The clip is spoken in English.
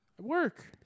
Work